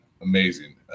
amazing